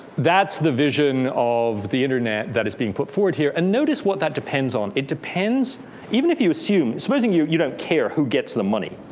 that's the vision of the internet that is being put forward here. and notice what that depends on. it depends even if you assume, supposing you you don't care who gets the money,